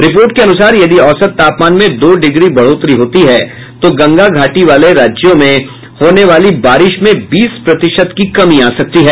report के अनुसार यदि औसत तापमान में दो डिग्री बढ़ोतरी होती है तो गंगा घाटी वाले राज्यों में होने वाली बारिश में बीस प्रतिशत की कमी आ सकती है